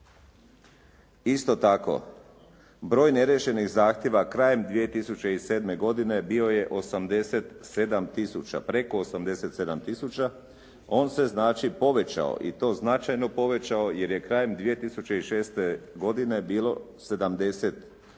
Isto tako, broj neriješenih zahtjeva krajem 2007. godine bio je 87000, preko 87000. On se znači povećao i to značajno povećao jer je krajem 2006. godine bilo 70000